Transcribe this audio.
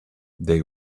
they